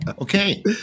okay